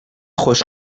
خوش